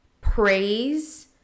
praise